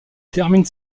termine